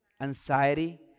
anxiety